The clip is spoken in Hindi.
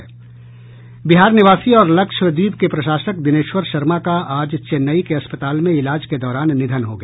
बिहार निवासी और लक्षद्वीप के प्रशासक दिनेश्वर शर्मा का आज चेन्नई के अस्पताल में इलाज के दौरान निधन हो गया